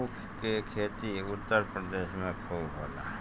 ऊख के खेती उत्तर प्रदेश में खूब होला